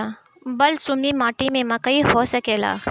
बलसूमी माटी में मकई हो सकेला?